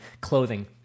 clothing